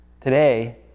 Today